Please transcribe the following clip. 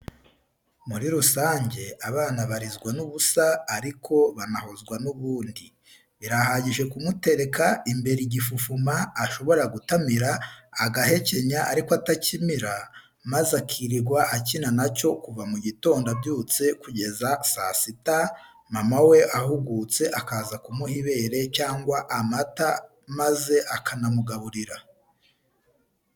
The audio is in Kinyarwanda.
Muri rusange abana barizwa n'ubusa ariko banahozwa n'ubundi, birahagije kumutereka imbere igifufuma, ashobora gutamira, agahekenya ariko atakimira, maze akirirwa akina na cyo kuva mu gitondo abyutse kugeza saa sita, mama we ahugutse akaza kumuha ibere cyangwa amata maze akanamugaburira.